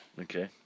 Okay